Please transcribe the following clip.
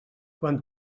quan